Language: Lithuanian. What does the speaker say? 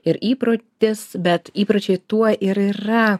ir įprotis bet įpročiai tuo ir yra